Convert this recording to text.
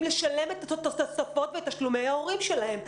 לשלם את התוספות ואת תשלומי ההורים שלהם,